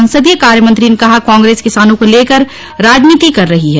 संसदीय कार्य मंत्री ने कहा कांग्रेस किसानों को लेकर राजनीति कर रही है